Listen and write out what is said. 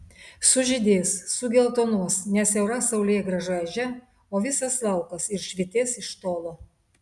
sužydės sugeltonuos ne siaura saulėgrąžų ežia o visas laukas ir švytės iš tolo